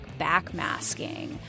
backmasking